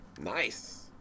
Nice